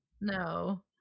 No